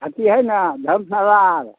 अथी हैय ने धर्मशाला आर